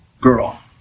girl